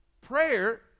Prayer